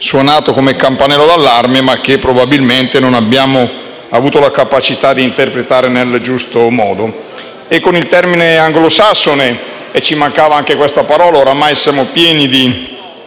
suonato come campanello d'allarme, ma che probabilmente non abbiamo avuto la capacità di interpretare nel giusto modo. Con il termine anglosassone *whistleblowing* - oramai siamo pieni di